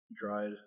Dried